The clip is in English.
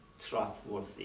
trustworthy